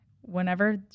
whenever